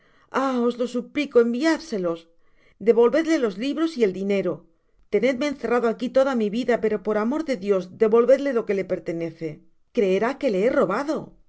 lo suplico enviádselos devolvedle los libros y el dinero tenidme encerrado aqui toda mi vida pero por amor de dios devolvedle lo que le pertenece creerá que le he robado